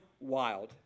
wild